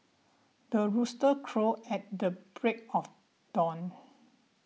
the rooster crow at the break of dawn